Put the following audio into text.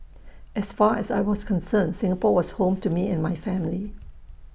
as far as I was concerned Singapore was home to me and my family